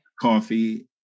Coffee